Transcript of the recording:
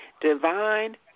divine